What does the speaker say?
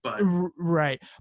Right